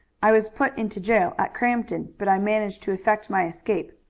i was put into jail at crampton, but i managed to effect my escape.